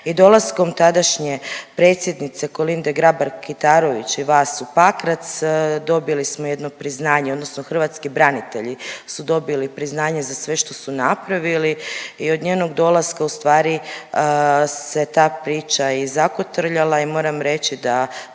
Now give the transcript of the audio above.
i dolaskom tadašnje predsjednice Kolinde Grabar Kitarović i vas u Pakrac, dobili smo jedno priznanje odnosno hrvatski branitelji su dobili priznanje za sve što su napravili i od njenog dolaska se ustvari se ta priča i zakotrljala i moram reći da